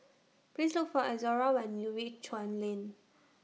Please Look For Izora when YOU REACH Chuan Lane